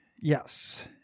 Yes